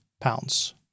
pounds